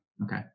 Okay